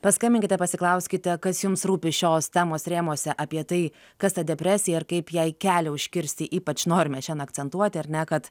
paskambinkite pasiklauskite kas jums rūpi šios temos rėmuose apie tai kas ta depresija ir kaip jai kelią užkirsti ypač norime šian akcentuoti ar ne kad